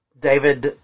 David